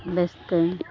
ᱵᱮᱥᱛᱮ